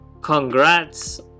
congrats